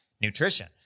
nutrition